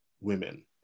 women